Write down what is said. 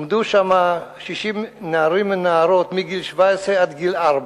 עמדו שם 60 נערים ונערות מגיל 17 עד גיל ארבע,